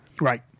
Right